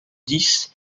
dix